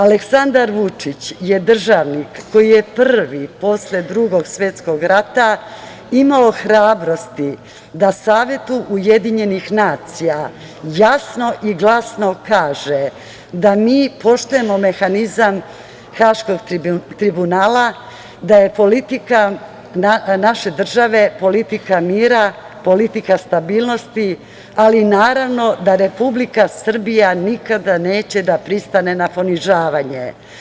Aleksandar Vučić je državnik koji je prvi posle Drugog svetskog rata imao hrabrosti da Savetu UN jasno i glasno kaže da mi poštujemo mehanizam Haškog tribunala, da je politika naše države politika mira, politika stabilnosti, ali naravno da Republika Srbija nikada neće da pristane na ponižavanje.